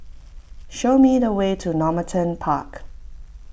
show me the way to Normanton Park